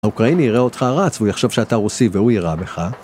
האוקראיני יראה אותך רץ והוא יחשב שאתה רוסי והוא ירה בך